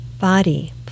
body